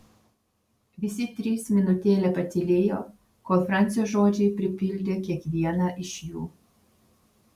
visi trys minutėlę patylėjo kol francio žodžiai pripildė kiekvieną iš jų